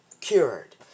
cured